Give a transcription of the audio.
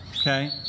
okay